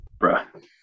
bruh